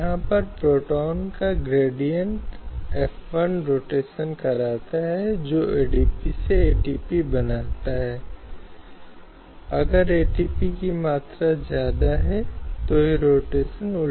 हालाँकि जैसा कि हमने कहा कि ये किसी देश के शासन में मौलिक हैं ये राज्य से पहले प्रमुख लक्ष्य हैं और राज्य को देखने के लिए आवश्यक और प्रभावी उपाय करने चाहिए जो कि लंबे समय में हासिल किए जाते हैं